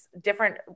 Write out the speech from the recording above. different